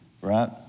right